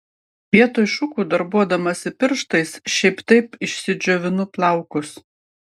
vietoj šukų darbuodamasi pirštais šiaip taip išsidžiovinu plaukus